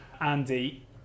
Andy